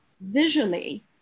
visually